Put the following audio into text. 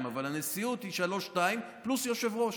אבל הנשיאות היא 2:3 פלוס יושב-ראש.